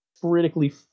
critically